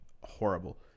horrible